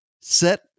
Set